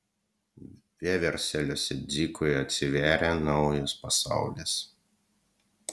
vieversėliuose dzikui atsivėrė naujas pasaulis